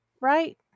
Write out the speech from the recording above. right